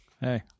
hey